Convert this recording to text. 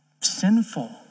sinful